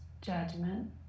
judgment